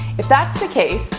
if that's the case,